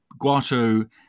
Guato